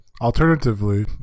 Alternatively